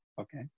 okay